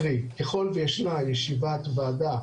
קרי ככל שישנה ישיבת ועדה